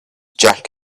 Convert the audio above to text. jacket